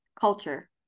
culture